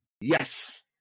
Yes